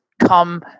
come